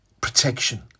protection